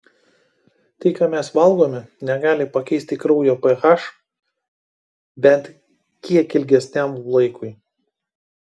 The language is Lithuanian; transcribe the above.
tai ką mes valgome negali pakeisti kraujo ph bent kiek ilgesniam laikui